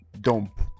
dump